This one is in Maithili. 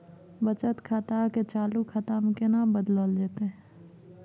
बचत खाता के चालू खाता में केना बदलल जेतै?